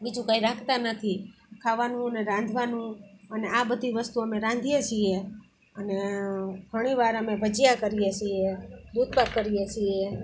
બીજું કાંઈ રાખતા નથી ખાવાનું ને રાધવાનું અને આ બધી વસ્તુઓ અમે રાંધીએ છીએ અને ઘણી વાર અમે ભજીયાં કરીએ છીએ દૂધપાક કરીએ છીએ